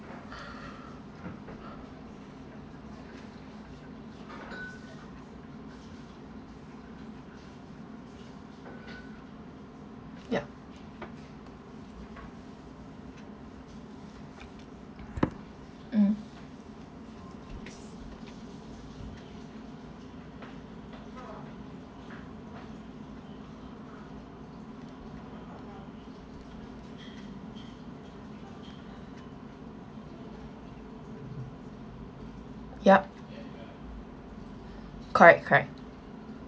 yup mm yup correct correct